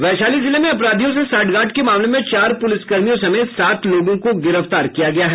वैशाली जिले में अपराधियों से सांठगांठ के मामले में चार पुलिसकर्मियों समेत सात लोगों को गिरफ्तार किया गया है